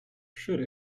should